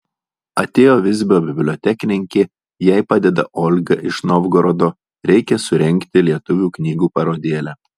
atėjo visbio bibliotekininkė jai padeda olga iš novgorodo reikia surengti lietuvių knygų parodėlę